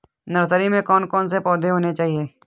Nursery में कौन कौन से पौधे होने चाहिए?